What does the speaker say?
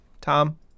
Tom